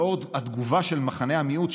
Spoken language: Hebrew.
לאור התגובה של מחנה המיעוט,